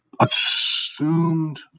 Assumed